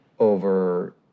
over